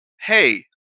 hey